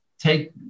take